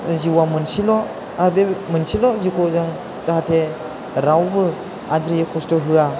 जोंनि जिउया मोनसेल' दा बे मोनसेल' जिउखौ जों जाहाथे रावबो आद्रि खस्थ' होया